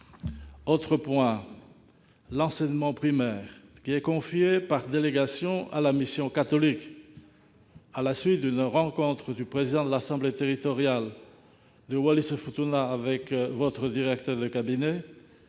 Autre point : l'enseignement primaire est confié par délégation à la mission catholique. À la suite d'une rencontre du président de l'assemblée territoriale de Wallis-et-Futuna avec votre directeur de cabinet,